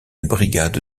brigade